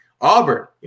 Auburn